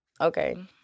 Okay